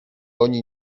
oni